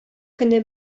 көне